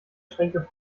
schränke